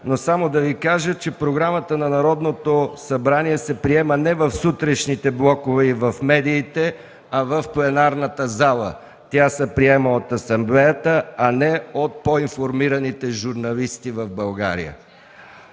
но само да Ви кажа, че програмата на Народното събрание се приема не в сутрешните блокове и в медиите, а в пленарната зала. Тя се приема от Асамблеята, а не от по-информираните журналисти в България.